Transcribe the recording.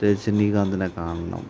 രജനികാന്തിനെ കാണണം